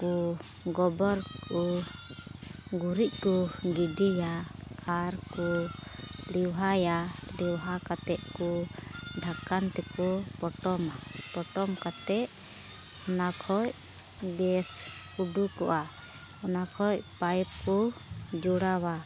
ᱠᱚ ᱜᱚᱵᱚᱨ ᱠᱚ ᱜᱩᱨᱤᱡ ᱠᱚ ᱜᱤᱰᱤᱭᱟ ᱟᱨ ᱠᱚ ᱞᱮᱣᱦᱟᱭᱟ ᱞᱮᱣᱦᱟ ᱠᱟᱛᱮᱫ ᱠᱚ ᱰᱷᱟᱠᱚᱱ ᱛᱮᱠᱚ ᱯᱚᱴᱚᱢᱟ ᱯᱚᱴᱚᱢ ᱠᱟᱛᱮᱫ ᱚᱱᱟ ᱠᱷᱚᱱ ᱜᱮᱥ ᱩᱰᱩᱠᱚᱜᱼᱟ ᱚᱱᱟ ᱠᱷᱚᱱ ᱯᱟᱭᱤᱯ ᱠᱚᱡᱚᱲᱟᱣᱟ